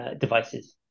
devices